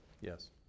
yes